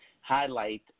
highlight